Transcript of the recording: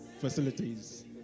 Facilities